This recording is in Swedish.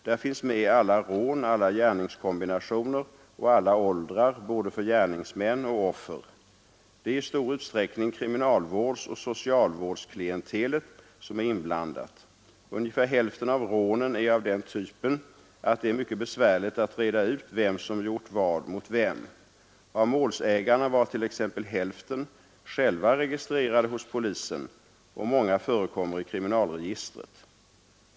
Där finns med alla rån, alla gärningskombinationer och alla åldrar, både för gärningsmän och offer. Det är i stor utsträckning kriminalvårdsoch socialvårdsklientelet som är inblandat. Ungefär hälften av rånen är av den typen att det är mycket besvärligt att reda ut vem som gjort vad mot vem. Av målsägarna var t.ex. hälften själva registrerade hos polisen och många förekommer i kriminalregistret.